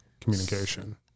Communication